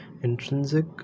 intrinsic